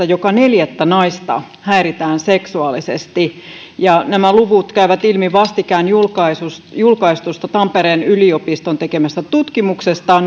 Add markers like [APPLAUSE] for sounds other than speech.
[UNINTELLIGIBLE] joka neljättä häiritään seksuaalisesti ja nämä luvut käyvät ilmi vastikään julkaistusta tampereen yliopiston tekemästä tutkimuksesta [UNINTELLIGIBLE]